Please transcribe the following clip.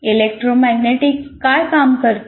electromagnetics काय काम करते